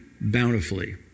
bountifully